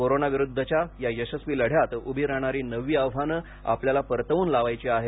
कोरोनाविरुद्धच्या या यशस्वी लढ्यात उभी राहणारी नवी आव्हानं आपल्याला परतवून लावायची आहेत